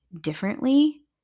differently